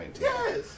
yes